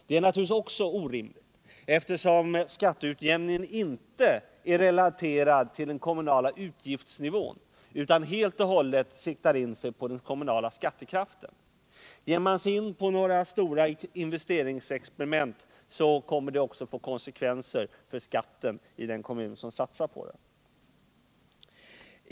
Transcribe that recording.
Det är också orimligt, eftersom skatteutjämningen inte är relaterad till den kommunala utgiftsnivån utan helt och hållet siktar in sig på den kommunala skattekraften. Ger man sig in på stora investeringar får de konsekvenser för skatten i den kommun som har satsat på dem.